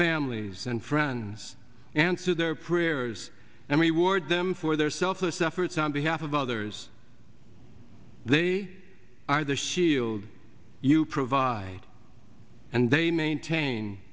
families and friends and through their prayers and reward them for their selfless efforts on behalf of others they are the shield you provide and they maintain